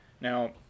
Now